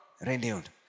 renewed